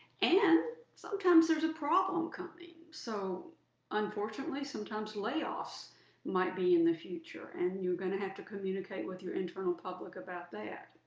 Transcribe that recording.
and sometimes there's a problem coming. so unfortunately, sometimes layoffs might be in the future and you're going to have to communicate with your internal public about that.